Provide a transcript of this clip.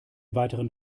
weiteren